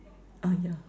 ah ya